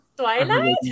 Twilight